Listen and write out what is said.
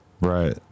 Right